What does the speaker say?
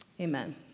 amen